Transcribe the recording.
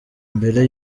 mbere